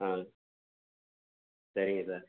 ஆ சரிங்க சார்